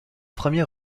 premier